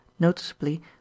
Noticeably